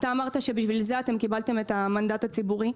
אתה אמרת שבשביל זה אתם קיבלתם את המנדט הציבורי.